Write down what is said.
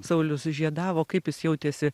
saulius sužiedavo kaip jis jautėsi